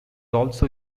also